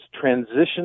transition